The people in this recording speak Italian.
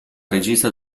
regista